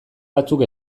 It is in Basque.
batzuk